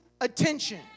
attention